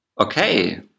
Okay